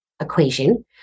equation